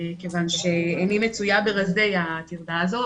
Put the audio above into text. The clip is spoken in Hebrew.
כיוון שאיני מצויה ברזי הטרדה הזו,